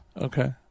Okay